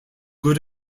good